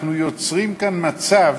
אנחנו יוצרים כאן מצב